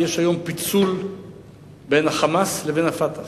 יש היום פיצול בין ה"חמאס" לבין ה"פתח",